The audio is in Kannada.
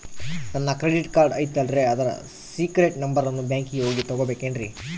ನನ್ನ ಕ್ರೆಡಿಟ್ ಕಾರ್ಡ್ ಐತಲ್ರೇ ಅದರ ಸೇಕ್ರೇಟ್ ನಂಬರನ್ನು ಬ್ಯಾಂಕಿಗೆ ಹೋಗಿ ತಗೋಬೇಕಿನ್ರಿ?